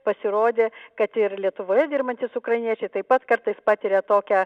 pasirodė kad ir lietuvoje dirbantys ukrainiečiai taip pat kartais patiria tokią